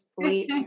sleep